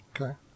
Okay